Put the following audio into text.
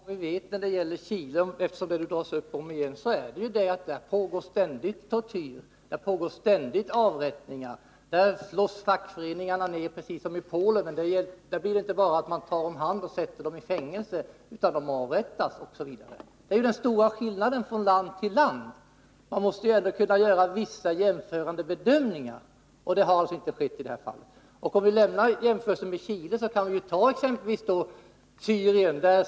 Herr talman! Vi vet beträffande Chile — jag nämner det, eftersom det exemplet tas upp omigen — att det i det landet ständigt pågår tortyr och avrättningar och att fackföreningarna slås ned där precis som i Polen. Men i Chile inte bara omhändertas fackföreningsmännen, utan där avrättas de. Detta är den stora skillnaden från land till land. Man måste kunna göra vissa jämförande bedömningar — och så har alltså inte skett i detta fall. Om vi lämnar jämförelsen med Chile kan vi i stället se på exempelvis Syrien.